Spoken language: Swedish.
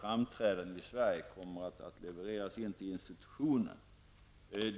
framträdandet i Sverige kommer att levereras in till institutionen.